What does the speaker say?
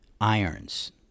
irons